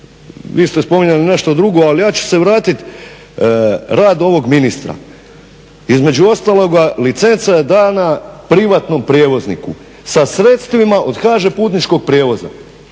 vi ste spominjali nešto drugo ali ja ću se vratiti. Rad ovog ministra, između ostaloga licenca je dala privatnom prijevozniku sa sredstvima od HŽ putničkog prijevoza